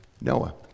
Noah